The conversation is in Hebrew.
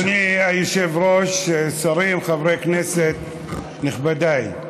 אדוני היושב-ראש, שרים, חברי הכנסת, נכבדיי,